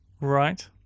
Right